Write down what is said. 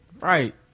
Right